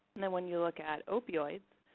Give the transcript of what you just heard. and then when you look at opioids,